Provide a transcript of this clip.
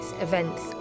events